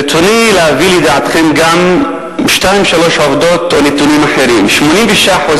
ברצוני להביא לידיעתכם גם שתיים שלוש עובדות או נתונים אחרים: 86%